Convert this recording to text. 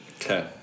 Okay